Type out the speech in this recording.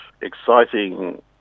exciting